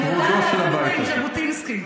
אני יודעת לצטט את ז'בוטינסקי.